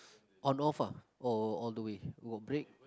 on off ah or all the way you got break